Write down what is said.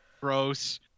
gross